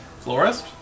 Florist